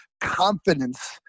confidence